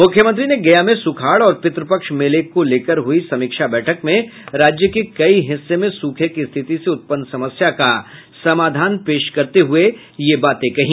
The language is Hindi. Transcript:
मुख्यमंत्री ने गया में सूखाड़ और पितृपक्ष मेला को लेकर हुयी समीक्षा बैठक में राज्य के कई हिस्से में सूखे की स्थिति से उत्पन्न समस्या का समाधान पेश करते हुये ये बाते कहीं